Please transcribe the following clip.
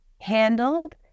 handled